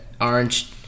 orange